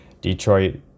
Detroit